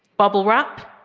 bubble wrap.